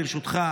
ברשותך,